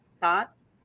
Thoughts